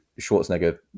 Schwarzenegger